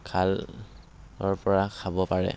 খালৰ পৰা খাব পাৰে